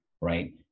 right